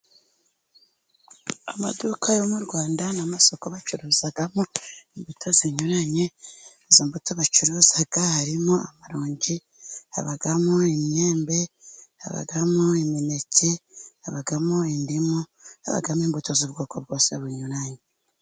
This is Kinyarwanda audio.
Amaduka yo mu Rwanda n'amasoko bacuruzamo imbuto zinyuranye, izo mbuto bacuruza harimo amaronji habamo inyembe, habamo imineke habamo indimu, habamo imbuto z'ubwoko bwose bunyuranye.